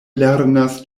lernas